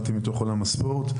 באתי מעולם הספורט.